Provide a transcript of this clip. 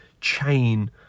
chain